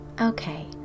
Okay